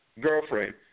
Girlfriend